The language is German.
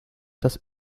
das